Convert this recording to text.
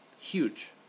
huge